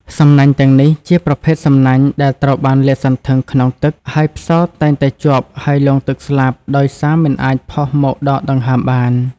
សំណាញ់ទាំងនេះជាប្រភេទសំណាញ់ដែលត្រូវបានលាតសន្ធឹងក្នុងទឹក ហើយផ្សោតតែងតែជាប់ហើយលង់ទឹកស្លាប់ដោយសារមិនអាចផុសមកដកដង្ហើមបាន។